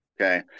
okay